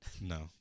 No